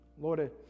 Lord